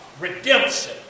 redemption